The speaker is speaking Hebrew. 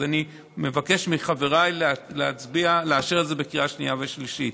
אז אני מבקש מחבריי להצביע ולאשר את זה בקריאה שנייה ושלישית.